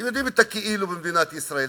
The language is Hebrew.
אתם מכירים את הכאילו במדינת ישראל.